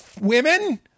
Women